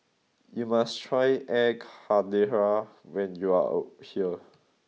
you must try air Karthira when you are here